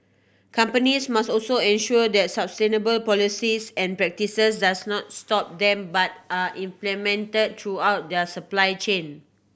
companies must also ensure that sustainable policies and practices does not stop them but are implemented throughout their supply chain